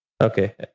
Okay